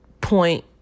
point